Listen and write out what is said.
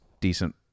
decent